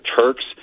Turks